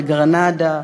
בגרנדה,